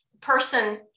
person